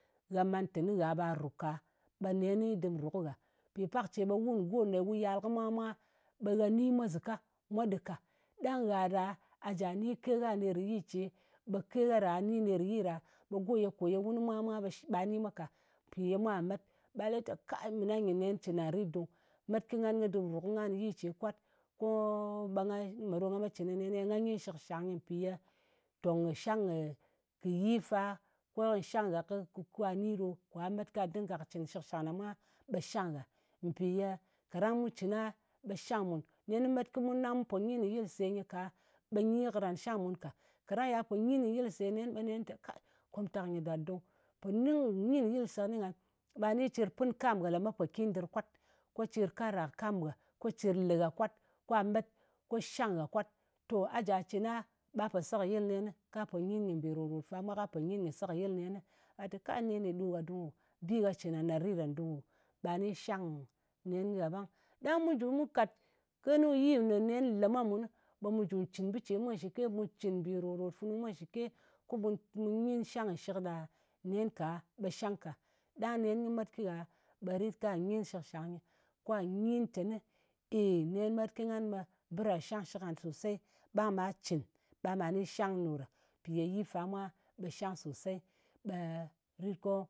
Gha man teni gha ɓe ru ka, ɓe neni dɨm ru kɨ gha. Mpì pak ce ɓe wun go ne wu yal kɨ mwa mwā, ɓe gha ni mwa zɨka, mwa ɗɨ ka, ɗang gha ɗa a ni ke gha ner kɨ yi ce, ɓe ke gha na ni neri yi ɗa, ɓe go ye kò ye wun kɨ mwa mwā ɓa ni mwa ka, mpì ye mwa ka. Mwa met. Ɓe gha lɨ te mɨ na nyi, nen cɨn nan rit dung. Met kɨ ngan ko dɨm ru kɨ ngan yi ce kwat, koo, ɓe nga, me ɗo nga me cɨn kɨni nen ne. Nga nyin shɨkshang nyɨ, mpì ye tong kɨ shang kɨ yi fa, ko nyi shang gha kwa ni ɗe, kwa dɨng kɨ cɨn kɨ shɨkshang ɗa mwa, ɓe shang ngha. Mpì ye kaɗang mu cɨn a, ɓe shang mùn. Nen kɨ met kɨ mun ɗang mu po nyin kɨ yɨlse nyɨ ka, ɓe nyi karan shang mun ka. Kaɗa yal po nyin kɨ yɨlse nen, ɓe nen te, ka, komtak nyɨ dar dung. Po ni kɨ nyin kɨ yɨlse nyɨ ɗa ɓe pò lɨ kɨnɨ te, komtak nyɨ ɗàr dung. Ɓa ni cir pɨn kam ngha lemet pokin ndɨr kwat. Ko cir kara kam ngha, ko cir le gha kwat, ka met ko shang gha kwat. To a jà cɨn a, ɓa pò seyɨl nenni, ka po nyin kɨ mbì ròt-ròt fa mwa, ka po nyin kɨ sekɨyɨl nen. A tè ka nen ne, ɗo gha dung o. Bi gha cɨn ɗa rit ɗan dung. Ɓa ni shang nen kɨ gha ɓang. Ɗang mu jɨ mu kat kenu kɨ yi ne nen le mwa mun, ɓe mu jù cɨn bɨ ce mwa shɨke. Mu cɨn mbì ròt-ròt funu mwa shɨke. Ko mu nyin shangshɨk ɗa nen ka, ɓe shang ka. Ɗang nen kɨ met kɨ gha, ɓe rit ka nyin shɨkshang nyɨ. Kwa nyin teni ey, kɨ met kɨ ngan, ɓe bɨ ɗa shang shɨk ngan sosei, ɓang ɓa cɨn, ɓang ɓa ni shang ɗo ɗa. Mpì ye yi fa mwa ɓe shang sosei, ɓe rit ko